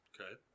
Okay